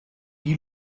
die